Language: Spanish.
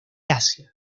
asia